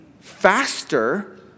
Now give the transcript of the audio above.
faster